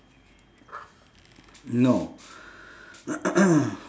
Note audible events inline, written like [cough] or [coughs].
no [coughs]